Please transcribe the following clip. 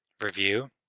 review